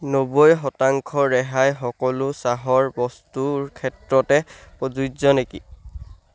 নব্বৈ শতাংশ ৰেহাই সকলো চাহৰ বস্তুৰ ক্ষেত্ৰতে প্ৰযোজ্য নেকি